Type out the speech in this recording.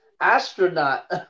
Astronaut